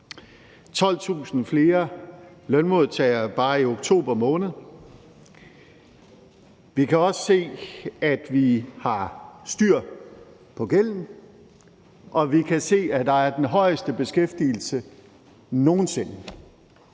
12.000 flere lønmodtagere bare i oktober måned. Vi kan også se, at vi har styr på gælden. Og vi kan se, at der er den højeste beskæftigelse nogen sinde,